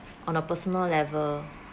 on a personal level